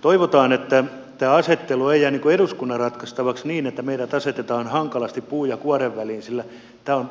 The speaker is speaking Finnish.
toivotaan että tämä asettelu ei jää eduskunnan ratkaistavaksi niin että meidät asetetaan hankalasti puun ja kuoren väliin sillä tämä on